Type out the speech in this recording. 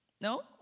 No